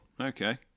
Okay